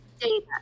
Data